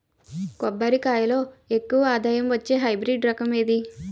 కొబ్బరి లో ఎక్కువ ఆదాయం వచ్చే హైబ్రిడ్ రకం ఏది?